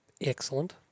Excellent